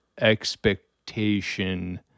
expectation